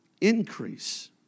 increase